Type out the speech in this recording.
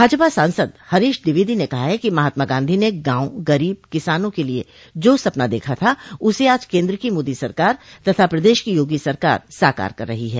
भाजपा सांसद हरीश द्विवेदी ने कहा कि महात्मा गांधी ने गांव गरीब किसानों के लिये जो सपना देखा था उसे आज केन्द्र की मोदी सरकार तथा प्रदेश की योगी सरकार साकार कर रही है